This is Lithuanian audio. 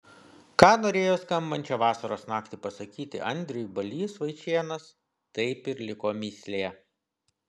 ką norėjo skambančią vasaros naktį pasakyti andriui balys vaičėnas taip ir liko mįslė